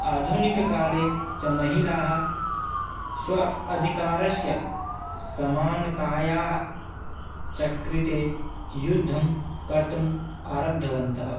आधुनिककाले च महिलाः स्व अधिकारस्य समानतायाः च कृ ते युद्धं कर्तुम् आरब्धवत्यः